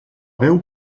veu